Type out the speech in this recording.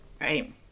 right